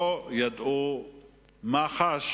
לא ידעו מה חש